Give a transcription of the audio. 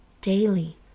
daily